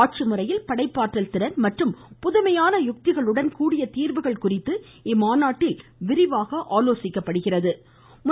ஆட்சிமுறையில் படைப்பாற்றல் திறன் மற்றும் புதுமையான யுக்திகளுடன் கூடிய தீர்வுகள் குறித்து இம்மாநாட்டில் விரிவாக விவாதிக்கப்படுகிறது